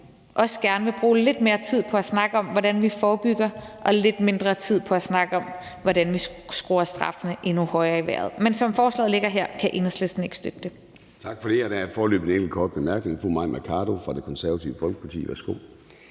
også gerne vil bruge lidt mere tid på at snakke om, hvordan vi forebygger, og lidt mindre tid på at snakke om, hvordan vi skruer straffene endnu højere i vejret. Men som forslaget ligger her, kan Enhedslisten ikke støtte det.